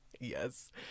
yes